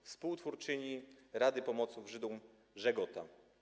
Współtwórczyni Rady Pomocy Żydom „Żegota”